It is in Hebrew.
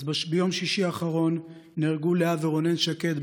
ביום שישי האחרון נהרגו לאה ורונן שקד,